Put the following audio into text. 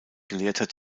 gelehrter